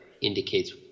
indicates